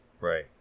Right